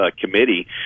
committee